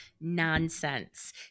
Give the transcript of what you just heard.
nonsense